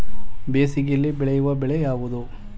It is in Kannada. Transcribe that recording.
ಬೇಸಿಗೆಯಲ್ಲಿ ಬೆಳೆಯುವ ಬೆಳೆ ಯಾವುದು?